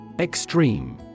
Extreme